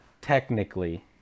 Technically